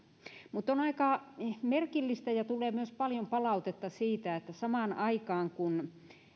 mutta on aika merkillistä ja tulee myös paljon palautetta siitä että samaan aikaan kun